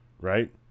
right